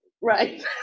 right